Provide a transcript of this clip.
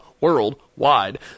worldwide